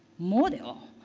model?